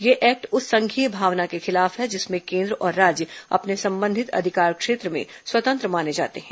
यह एक्ट उस संघीय भावना के खिलाफ है जिसमें केंद्र और राज्य अपने संबंधित अधिकार क्षेत्र में स्वतंत्र माने जाते हैं